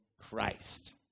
christ